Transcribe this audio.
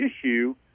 issue